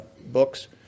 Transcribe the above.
books